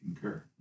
concur